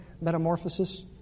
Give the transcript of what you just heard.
metamorphosis